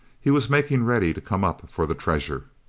he was making ready to come up for the treasure!